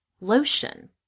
Lotion